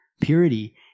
Purity